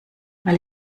weil